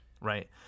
right